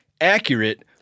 accurate